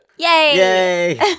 Yay